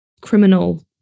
criminal